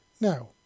Now